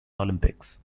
olympics